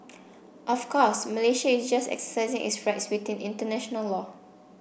of course Malaysia is just exercising its rights within international law